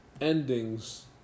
endings